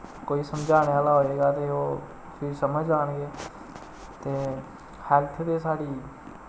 कोई समझाने आह्ला होएगा ते ओह् फिर समझ जान गे ते हैल्थ ते साढ़ी